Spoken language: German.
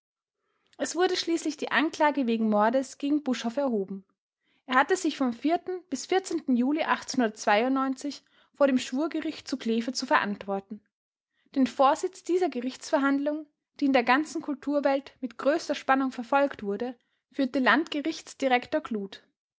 es wurde schließlich die anklage wegen mordes gegen buschhoff erhoben er hatte sich vom bis juli vor dem schwurgericht zu kleve zu verantworten den vorsitz dieser gerichtsverhandlung die in der ganzen kulturwelt mit größter spannung verfolgt wurde führte landgerichtsdirektor